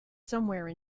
somewhere